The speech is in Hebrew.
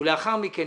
ולאחר מכן,